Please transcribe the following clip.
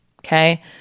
okay